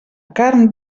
carn